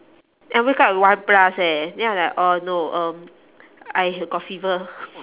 I wake up at one plus eh then I'm like oh no um I got fever